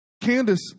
Candace